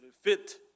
fit